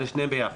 אלה שניהם ביחד.